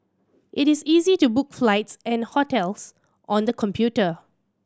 it is easy to book flights and hotels on the computer